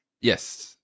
Yes